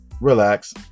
relax